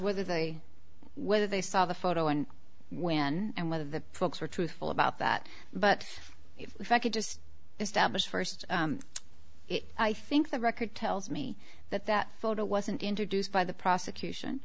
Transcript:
they whether they saw the photo and when and whether the folks were truthful about that but if i could just establish first i think the record tells me that that photo wasn't introduced by the prosecution